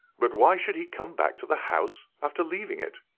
but why should he come back to the house after leaving it?